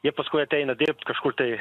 jie paskui ateina dirbti kažkur tai